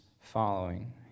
following